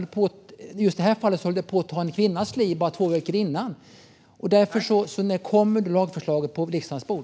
I just det här fallet höll det dessutom på att ta en kvinnas liv bara två veckor innan. När kommer lagförslaget på riksdagens bord?